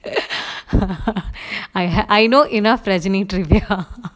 I I know enough rajini